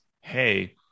Hey